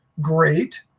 great